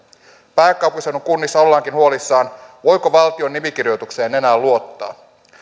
pääkaupunkiseudun kunnissa ollaankin huolissaan voiko valtion nimikirjoitukseen enää luottaa